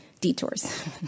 detours